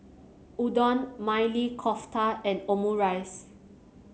Udon Maili Kofta and Omurice